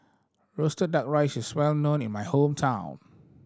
roasted Duck Rice is well known in my hometown